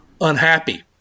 unhappy